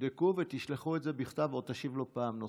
תבדקו ותשלחו את זה בכתב או תשיב לו פעם נוספת.